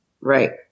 Right